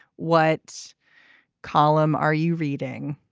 what column are you reading